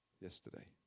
yesterday